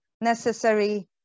necessary